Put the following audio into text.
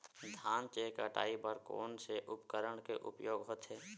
धान के कटाई बर कोन से उपकरण के उपयोग होथे?